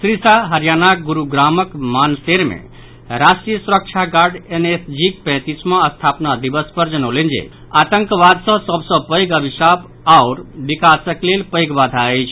श्री शाह हरियाणाक गुरुग्रामक मानेसर मे राष्ट्रीय सुरक्षा गार्ड एनएसजीक पैंतीसवां स्थापना दिवस पर जनौलनि जे आतंकवाद सभसॅ पैध अभिशाप आओर विकासक लेल पैध बाधा अछि